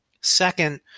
Second